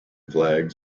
flags